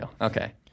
Okay